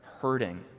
hurting